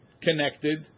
connected